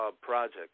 project